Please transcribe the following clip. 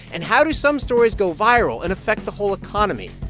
and how do some stories go viral and affect the whole economy,